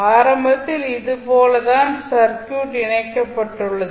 ஆரம்பத்தில் இது போல தான் சர்க்யூட் இணைக்கப்பட்டுள்ளது